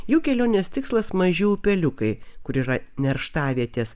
jų kelionės tikslas maži upeliukai kur yra nerštavietės